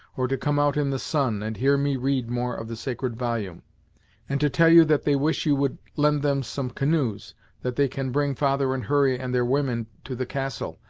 or to come out in the sun, and hear me read more of the sacred volume and to tell you that they wish you would lend them some canoes that they can bring father and hurry and their women to the castle,